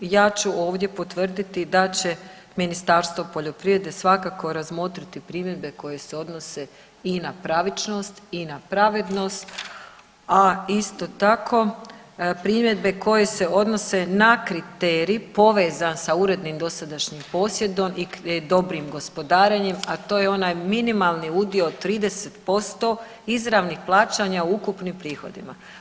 Ja ću ovdje potvrditi da će Ministarstvo poljoprivrede svakako razmotriti primjedbe koje se odnose i na pravičnost i na pravednost, a isto tako primjedbe koje se odnose na kriterij povezan sa urednim dosadašnjim posjedom i dobrim gospodarenjem, a to je onaj minimalni udio od 30% izravnih plaćanja u ukupnim prihodima.